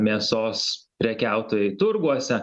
mėsos prekiautojai turguose